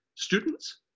students